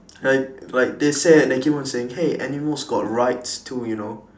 like like they say they keep on saying hey animals got rights too you know